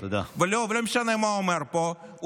ולא משנה מה הוא אמר פה,